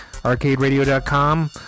ArcadeRadio.com